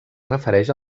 refereix